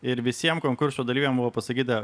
ir visiems konkurso dalyviam buvo pasakyta